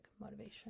motivation